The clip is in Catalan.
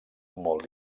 molt